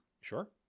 sure